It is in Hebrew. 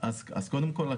קודם כל,